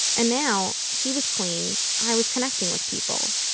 and now, he was clean. i was connecting with people.